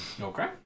Okay